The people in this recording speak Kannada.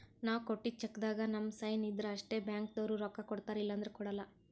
ನಾವ್ ಕೊಟ್ಟಿದ್ದ್ ಚೆಕ್ಕ್ದಾಗ್ ನಮ್ ಸೈನ್ ಇದ್ರ್ ಅಷ್ಟೇ ಬ್ಯಾಂಕ್ದವ್ರು ರೊಕ್ಕಾ ಕೊಡ್ತಾರ ಇಲ್ಲಂದ್ರ ಕೊಡಲ್ಲ